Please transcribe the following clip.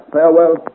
Farewell